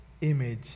image